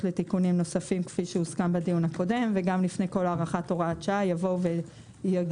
לתיקונים נוספים כפי שהוסכם בדיון הקודם וגם לפני כל הארכת שעה יבוא ויגידו